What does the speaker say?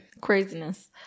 craziness